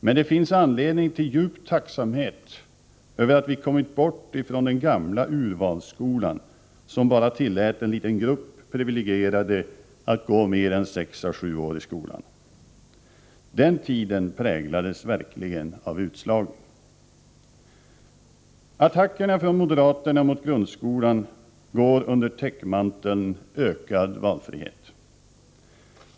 Men det finns anledning till djup tacksamhet över att vi kommit bort ifrån den gamla urvalsskolan, som bara tillät en liten grupp privilegierade att gå mer än sex å sju år i skolan. Den tiden präglades verkligen av utslagning. Attackerna från moderaterna mot grundskolan går under täckmanteln ökad valfrihet.